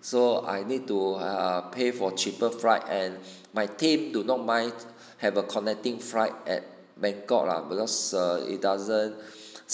so I need to uh pay for cheaper flight and my team do not mind have a connecting flight at bangkok lah because err it doesn't